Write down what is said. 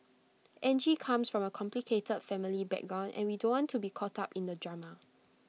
Angie comes from A complicated family background and we don't want to be caught up in the drama